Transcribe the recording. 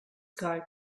guy